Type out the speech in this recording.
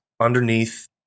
underneath